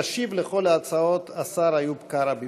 ישיב על כל ההצעות במשולב השר איוב קרא.